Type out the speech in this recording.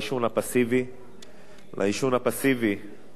העישון במקומות ציבוריים והחשיפה לעישון (תיקון,